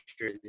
sure